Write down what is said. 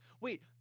Wait